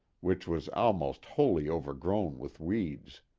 which was almost wholly overgrown with weeds.